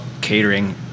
catering